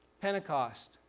Pentecost